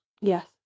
Yes